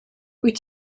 wyt